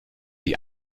sie